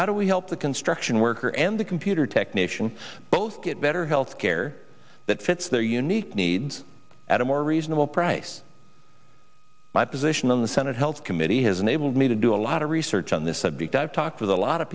how do we help the construction worker and a computer technician both get better health care that fits their unique needs at a more reasonable price my position in the senate health committee has enabled me to do a lot of research on this subject i've talked with a lot